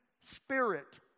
spirit